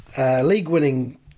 league-winning